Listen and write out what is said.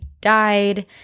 died